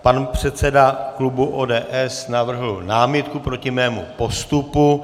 Pan předseda klubu ODS navrhl námitku proti mému postupu.